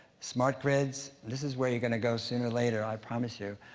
smart grids. this is where you're gonna go sooner or later, i promise you,